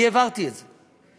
אני העברתי את זה,